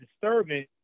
disturbing